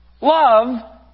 Love